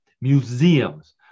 museums